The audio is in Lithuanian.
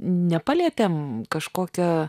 nepalietėm kažkokią